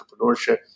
entrepreneurship